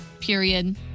period